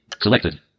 selected